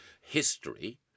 history